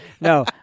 No